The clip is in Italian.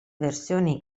versione